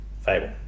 Fable